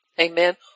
amen